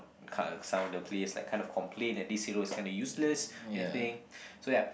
kind of some of the players like kinda complain that this hero is kind of useless anything so ya